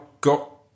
got